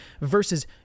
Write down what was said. versus